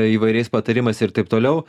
tai įvairiais patarimais ir taip toliau